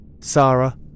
Sarah